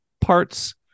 parts